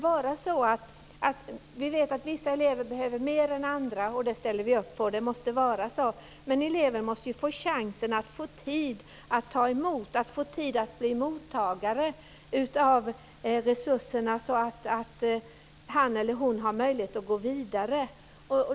Vi vet att vissa elever behöver mer än andra, och det ställer vi upp på - det måste vara så. Men eleven måste få tid att ta emot, få tid att bli mottagare av resurserna, så att han eller hon har möjlighet att gå vidare.